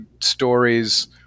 stories